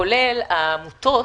כולל העמותות,